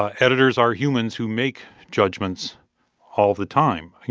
ah editors are humans who make judgments all the time. you